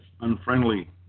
unfriendly